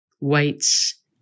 weights